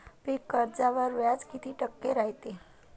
पीक कर्जावर व्याज किती टक्के रायते?